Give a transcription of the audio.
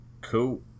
Cool